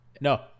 No